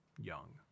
young